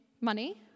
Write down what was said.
money